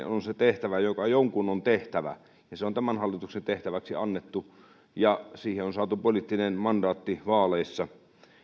on se tehtävä joka jonkun on tehtävä se on tämän hallituksen tehtäväksi annettu ja siihen on saatu poliittinen mandaatti vaaleissa